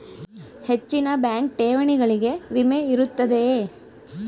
ಹೆಚ್ಚಿನ ಬ್ಯಾಂಕ್ ಠೇವಣಿಗಳಿಗೆ ವಿಮೆ ಇರುತ್ತದೆಯೆ?